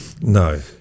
No